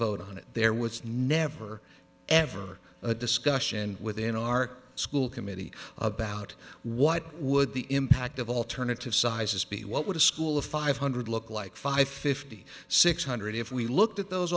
vote on it there was never ever a discussion within our school committee about what would the impact of alternative sizes be what would a school of five hundred look like five fifty six hundred if we looked at those